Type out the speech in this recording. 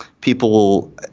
people